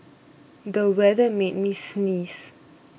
the weather made me sneeze